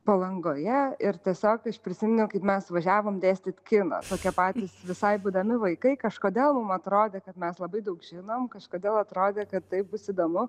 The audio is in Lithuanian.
palangoje ir tiesiog aš prisiminiau kaip mes važiavom dėstyt kino tokie patys visai būdami vaikai kažkodėl mum atrodė kad mes labai daug žinom kažkodėl atrodė kad taip bus įdomu